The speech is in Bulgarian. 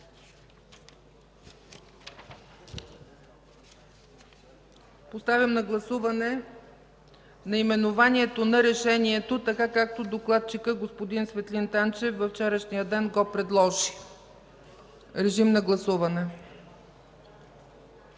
Поставям на гласуване наименованието на решението, така както докладчикът господин Светлин Танчев във вчерашния ден го предложи. Гласували